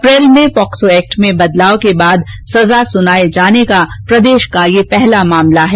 अप्रैल में POCSO act में बदलाव के बाद सजा सुनाये जाने का प्रदेश का यह पहला मामला है